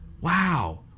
Wow